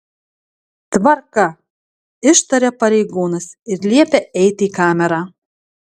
tvarka ištaria pareigūnas ir liepia eiti į kamerą